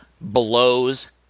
blows